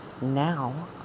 now